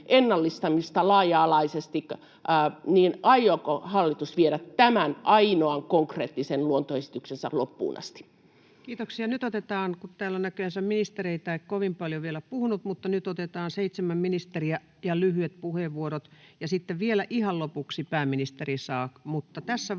ennallistamista laaja-alaisesti, aikooko hallitus viedä tämän ainoan konkreettisen luontoesityksensä loppuun asti. Kiitoksia. — Kun täällä näköjänsä ministereitä ei ole kovin paljon vielä puhunut, niin nyt otetaan seitsemän ministeriä ja lyhyet puheenvuorot, ja sitten vielä ihan lopuksi saa pääministeri. Tässä vaiheessa